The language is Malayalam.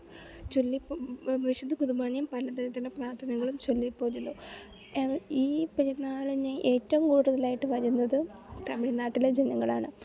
ചൊല്ലി വിശുദ്ധ കുർബാനയും പല തരത്തിലുള്ള പ്രാർത്ഥനകളും ചൊല്ലി പോരുന്നു ഈ പെരുന്നാളിന് ഏറ്റവും കൂടുതലായിട്ട് വരുന്നത് തമിഴ്നാട്ടിലെ ജനങ്ങളാണ്